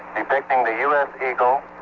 depicting the us eagle